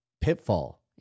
pitfall